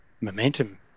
momentum